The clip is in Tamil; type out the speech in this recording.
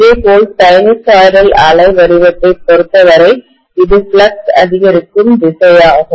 இதேபோல் சைனூசாய்டல் அலை வடிவத்தைப் பொருத்தவரை இது ஃப்ளக்ஸ் அதிகரிக்கும் திசையாகும்